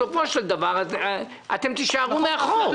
בסופו של דבר אתם תישארו מאחור.